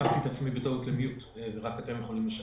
בבקשה.